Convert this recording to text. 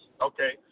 okay